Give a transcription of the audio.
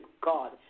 God